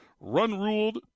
run-ruled